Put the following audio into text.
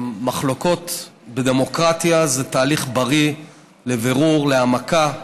מחלוקות בדמוקרטיה זה תהליך בריא לבירור, להעמקה,